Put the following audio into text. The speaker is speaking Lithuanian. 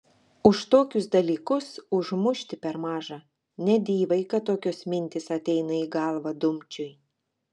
už tokius dalykus užmušti per maža ne dyvai kad tokios mintys ateina į galvą dumčiui